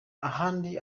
ahandi